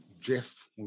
Jeff